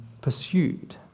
pursued